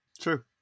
true